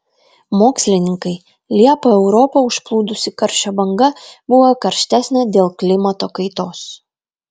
mokslininkai liepą europą užplūdusi karščio banga buvo karštesnė dėl klimato kaitos